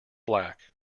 black